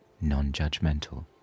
non-judgmental